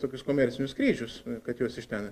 tokius komercinius skrydžius kad juos iš ten